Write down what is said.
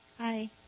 Hi